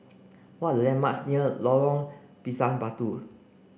what are the landmarks near Lorong Pisang Batu